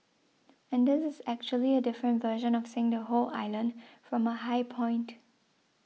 and this is actually a different version of seeing the whole island from a high point